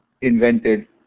invented